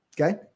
Okay